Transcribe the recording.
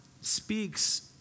speaks